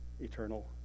eternal